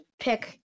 pick